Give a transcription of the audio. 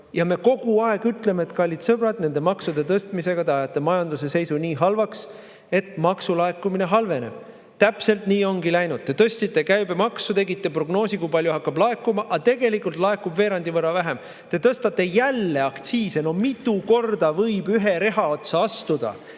Me kogu aeg ütleme, kallid sõbrad, maksude tõstmisega ajate te majanduse seisu nii halvaks, et maksulaekumine halveneb. Täpselt nii ongi läinud. Te tõstsite käibemaksu ja tegite prognoosi, kui palju hakkab laekuma, aga tegelikult laekub veerandi võrra vähem. Te tõstate jälle aktsiise. No mitu korda võib ühe reha otsa astuda!